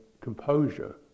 composure